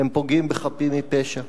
הם פוגעים בחפים מפשע.